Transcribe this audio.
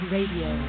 Radio